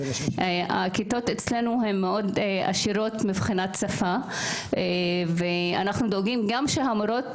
הכיתות אצלנו מאוד עשירות מבחינת שפה ואנחנו דואגים גם שהמורות